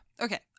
Okay